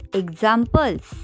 examples